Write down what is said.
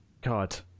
god